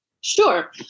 Sure